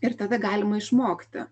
ir tada galima išmokti